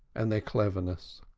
and their cleverness.